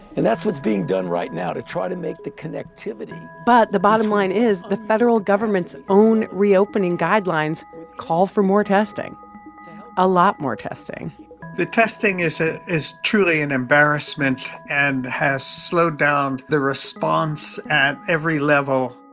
and that's what's being done right now to try to make the connectivity. but the bottom line is the federal government's own reopening guidelines call for more testing a lot more testing the testing is ah is truly an embarrassment and has slowed down the response at every level.